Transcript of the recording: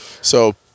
So-